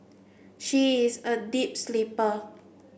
she is a deep sleeper